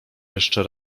jeszcze